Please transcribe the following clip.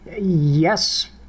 Yes